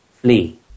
flee